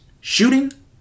Shooting